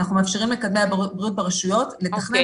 אנחנו מאפשרים למקדמי הבריאות ברשויות לתכנן